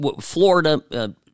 Florida